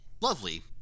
lovely